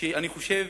שאני חושב